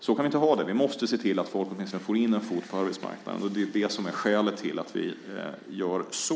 Så kan vi inte ha det. Vi måste se till att folk åtminstone får in en fot på arbetsmarknaden. Det är det som är skälet till att vi gör så.